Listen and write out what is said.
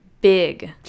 Big